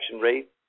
rate